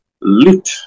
lit